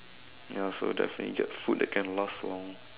ya so definitely get food that can last long